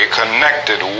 connected